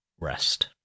rest